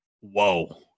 whoa